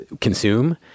consume